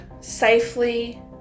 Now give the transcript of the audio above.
safely